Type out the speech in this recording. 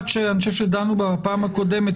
שאני חושב שדנו בה בפעם הקודמת,